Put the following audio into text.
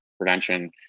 prevention